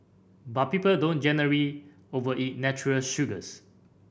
but people don't generally overeat natural sugars